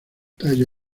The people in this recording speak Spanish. tallo